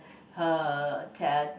her ten